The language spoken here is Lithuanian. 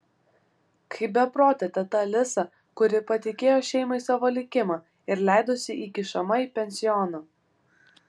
kaip beprotė teta alisa kuri patikėjo šeimai savo likimą ir leidosi įkišama į pensioną